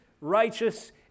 righteous